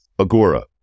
Agora